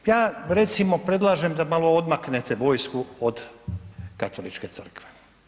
Ja recimo, predlažem da malo odmaknete vojsku od Katoličke crkve.